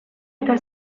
eta